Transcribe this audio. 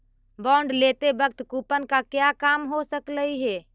bond लेते वक्त coupon का क्या काम हो सकलई हे